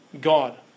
God